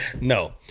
No